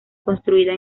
construida